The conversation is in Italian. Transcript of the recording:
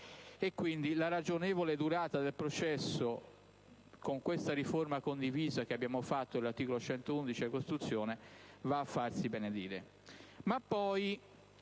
la ragionevole durata del processo, con questa riforma condivisa che abbiamo fatto dell'articolo 111 della Costituzione, va a farsi benedire.